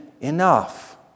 enough